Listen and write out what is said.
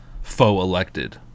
faux-elected